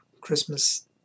Christmas